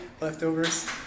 leftovers